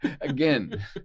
again